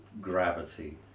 gravity